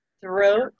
throat